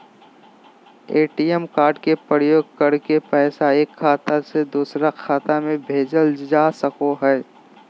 ATM card के प्रयोग करके पैसा एक खाता से दोसर खाता में भेजल जा सको हय